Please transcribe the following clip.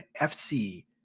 FC